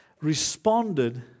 responded